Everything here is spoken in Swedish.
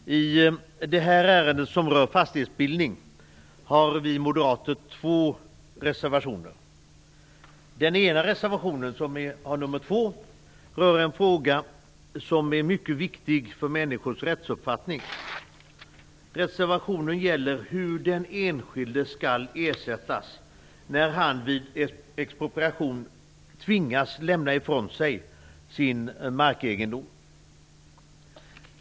Fru talman! I detta ärende, som handlar om fastighetsbildning, har vi moderater två reservationer. Den ena reservationen, reservation 2, rör en fråga som är mycket viktig för människors rättsuppfattning. Reservationen gäller hur den enskilde skall ersättas när han vid expropriation tvingas lämna ifrån sig sin markegendom.